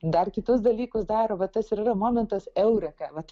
dar kitus dalykus daro va tas ir yra momentas eureka vat